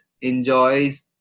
enjoys